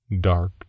Dark